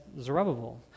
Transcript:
Zerubbabel